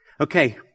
okay